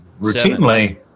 routinely